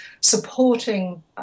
supporting